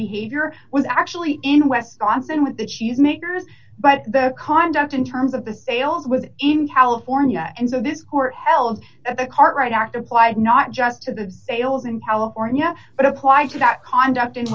behavior was actually in west boston with the cheese makers but the conduct in terms of the sales with in california and so this court held the cart right act applied not just to the sales in california but apply to that conduct